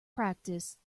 practice